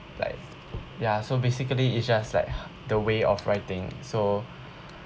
like ya so basically it's just like the way of writing so